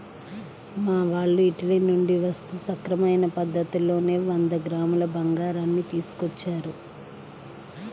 మా వాళ్ళు ఇటలీ నుంచి వస్తూ సక్రమమైన పద్ధతిలోనే వంద గ్రాముల బంగారాన్ని తీసుకొచ్చారు